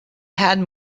had